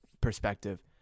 perspective